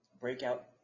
breakout